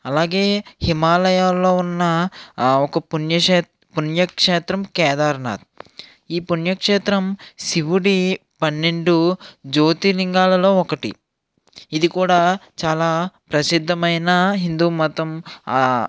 అలాగే హిమాలయాల్లో ఉన్న ఒక పుణ్యక్షే పుణ్యక్షేత్రం కేదార్నాథ్ ఈ పుణ్యక్షేత్రం శివుడి పన్నెండు జ్యోతిర్లింగాలలో ఒకటి ఇది కూడా చాలా ప్రసిద్ధమైన హిందూమతం